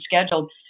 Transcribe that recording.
scheduled